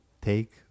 Take